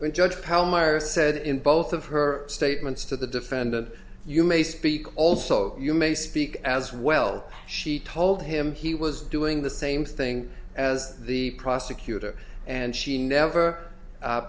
meyer said in both of her statements to the defendant you may speak also you may speak as well she told him he was doing the same thing as the prosecutor and she never